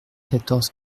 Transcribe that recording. quatorze